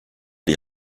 die